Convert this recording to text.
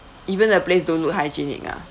even the place don't look hygienic ah